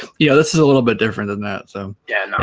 yeah this is a little bit different than that so yeah